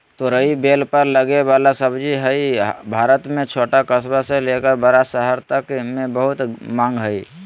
तोरई बेल पर लगे वला सब्जी हई, भारत में छोट कस्बा से लेकर बड़ा शहर तक मे बहुत मांग हई